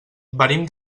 venim